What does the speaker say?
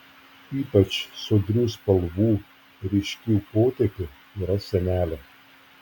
ypač sodrių spalvų ryškių potėpių yra senelė